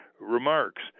remarks